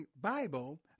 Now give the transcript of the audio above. Bible